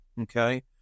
okay